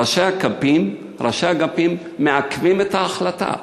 ראשי אגפים מעכבים את ההחלטה.